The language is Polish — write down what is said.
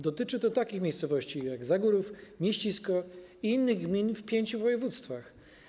Dotyczy to takich miejscowości jak Zagórów, Mieścisko i innych gmin w pięciu województwach.